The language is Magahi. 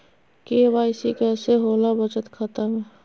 के.वाई.सी कैसे होला बचत खाता में?